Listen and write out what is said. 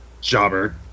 Jobber